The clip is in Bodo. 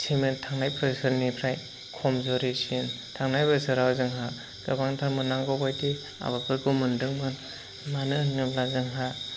सेमोन थांनाय बोसोरनिफ्राय खमजुरिसिन थांनाय बोसोराव जोंहा गोबांथार मोननांगौ बायदि आबादफोरखौ मोनदोंमोन मानोहोनोब्ला जोंहा